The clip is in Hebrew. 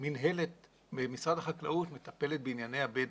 מינהלת במשרד החקלאות מטפלת בענייני הבדואים.